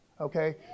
Okay